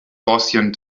gaussian